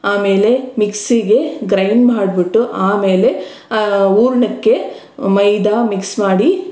ಆಮೇಲೆ ಮಿಕ್ಸಿಗೆ ಗ್ರೈಂಡ್ ಮಾಡಿಬಿಟ್ಟು ಆಮೇಲೆ ಆ ಹೂರ್ಣಕ್ಕೆ ಮೈದಾ ಮಿಕ್ಸ್ ಮಾಡಿ